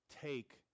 take